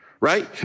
right